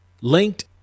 linked